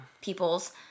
Peoples